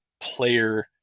player